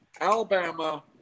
Alabama –